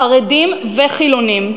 חרדים וחילונים,